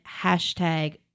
hashtag